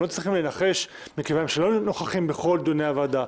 הם לא צריכים לנחש מכיוון שהם לא נוכחים בכל דיוני הוועדה.